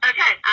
Okay